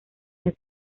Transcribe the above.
los